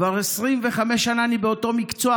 כבר 25 שנה אני באותו מקצוע,